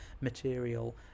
material